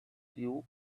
you